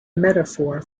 metaphor